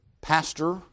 pastor